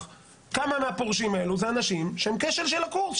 כמה מהפורשים האלו זה אנשים שהם כשל של הקורס.